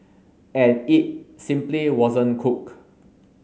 and it simply wasn't cooked